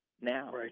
now